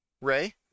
Ray